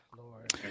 Lord